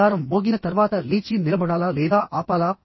alarm మోగిన తర్వాత లేచి నిలబడాలా లేదా ఆపాలా